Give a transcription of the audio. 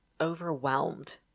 overwhelmed